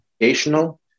educational